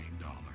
dollar